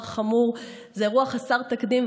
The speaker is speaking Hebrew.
זה דבר חמור, זה אירוע חסר תקדים.